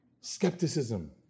skepticism